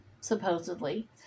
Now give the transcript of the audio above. supposedly